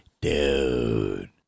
dude